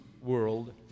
world